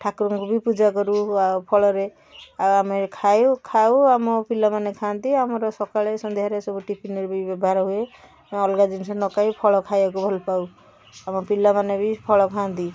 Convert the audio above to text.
ଠାକୁରଙ୍କୁ ବି ପୂଜା କରୁ ଆଉ ଫଳରେ ଆମେ ଖାଇବୁ ଖାଉ ଆଉ ଆମ ପିଲାମାନେ ଖାଆନ୍ତି ଆମର ସକାଳେ ସନ୍ଧ୍ୟାରେ ସବୁ ଟିଫିନରେ ବି ବ୍ୟବହାର ହୁଏ ଅଲଗା ଜିନିଷ ନ ଖାଇ ଫଳ ଖାଇବାକୁ ଭଲ ପାଉ ଆମ ପିଲାମାନେ ବି ଫଳ ଖାଆନ୍ତି